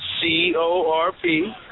C-O-R-P